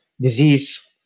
disease